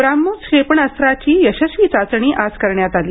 ब्राह्मोस क्षेपणास्त्राची यशस्वी चाचणी आज करण्यात आली